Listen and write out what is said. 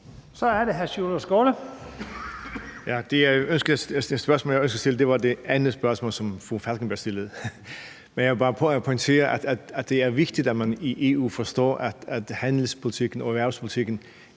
Sjúrður Skaale (JF): Det spørgsmål, jeg ønskede at stille, var det andet spørgsmål, som fru Anna Falkenberg stillede. Men jeg vil bare pointere, at det er vigtigt, at man i EU forstår, at handelspolitikken og erhvervspolitikken